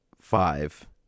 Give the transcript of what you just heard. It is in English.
five